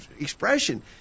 expression